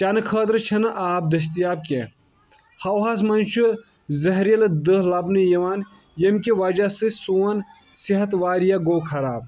چیٚنہٕ خٲطرٕ چھےٚ نہٕ آب دستِیاب کیٚنٛہہ ہواہَس منٛز چھُ زہریٖلہٕ دٔہہ لَبنہٕ یِوان ییٚمہِ وجہہ سۭتۍ سون صحت واریاہ گوٚو خراب